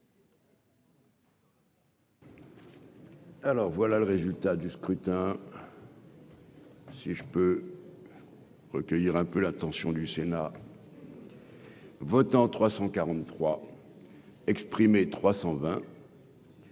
Alors voilà le résultat du scrutin. Si je peux recueillir un peu l'attention du Sénat. Nous. Votants : 343 exprimés 320.